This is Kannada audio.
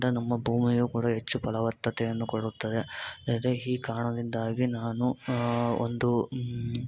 ನಮ್ಮ ಭೂಮಿಯು ಕೂಡ ಹೆಚ್ಚು ಫಲವತ್ತತೆಯನ್ನು ಕೊಡುತ್ತದೆ ಇದೇ ಈ ಕಾರಣದಿಂದಾಗಿ ನಾನು ಒಂದು